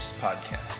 podcast